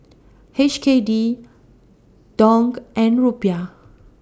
H K D Dong and Rupiah